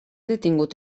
detingut